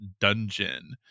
dungeon